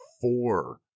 four